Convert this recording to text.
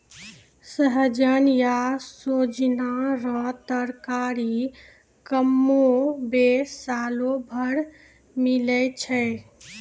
सहजन या सोजीना रो तरकारी कमोबेश सालो भर मिलै छै